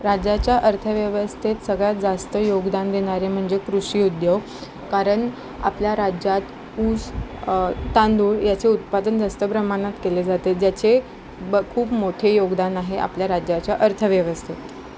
राज्याच्या अर्थव्यवस्थेत सगळ्यात जास्त योगदान देणारे म्हणजे कृषिउद्योग कारण आपल्या राज्यात ऊस तांदूळ याचे उत्पादन जास्त प्रमाणात केले जाते ज्याचे ब खूप मोठे योगदान आहे आपल्या राज्याच्या अर्थव्यवस्थेत